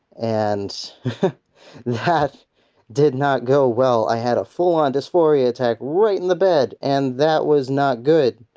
and that did not go well. i had a full on dysphoria attack right in the bed, and that was not good.